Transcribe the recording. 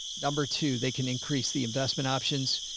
number two, they can increase the investment options.